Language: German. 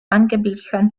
angeblichen